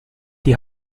die